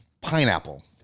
Pineapple